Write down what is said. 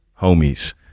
homies